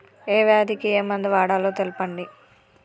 ఏ వ్యాధి కి ఏ మందు వాడాలో తెల్పండి?